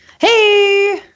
Hey